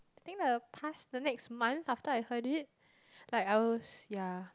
I think the past the next month after I heard it like I was ya